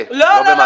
לא במעשים.